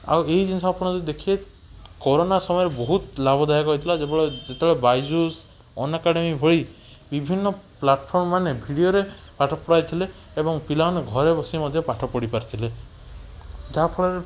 ଆଉ ଏଇ ଜିନିଷ ଆପଣ ଯଦି ଦେଖିବେ କରୋନା ସମୟରେ ବହୁତ ଲାଭଦାୟକ ହୋଇଥିଲା ଯେ ଯେତେବେଳେ ବାଇଜୁସ୍ ଅନଏକାଡ଼େମି ଭଳି ବିଭିନ୍ନ ପ୍ଲାଟଫର୍ମ ମାନେ ଭିଡ଼ିଓରେ ପାଠ ପଢ଼ାଇଥିଲେ ଏବଂ ପିଲାମାନେ ଘରେ ବସି ମଧ୍ୟ ପାଠ ପଢ଼ିପାରିଥିଲେ ଯାହାଫଳରେ